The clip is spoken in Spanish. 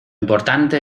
importante